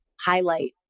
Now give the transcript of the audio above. highlight